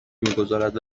میگذارد